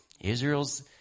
Israel's